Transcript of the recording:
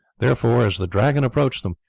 therefore, as the dragon approached them,